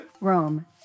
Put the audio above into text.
Rome